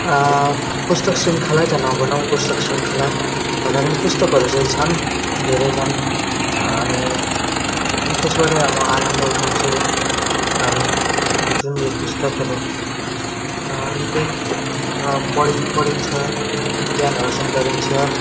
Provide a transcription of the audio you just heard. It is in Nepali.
पुस्तक शृङ्खला चाहिँ नभनौँ पुस्तक शृङ्खला भन्दा पनि पुस्तकहरू चाहिँ छन् धेरै छन् अनि त्यसबाटै म आनन्द उठाउँछु अनि जुन यो पुस्तकहरू निकै पढी पढिन्छ ज्ञान अर्जन गरिन्छ